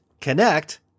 Connect